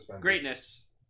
Greatness